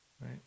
right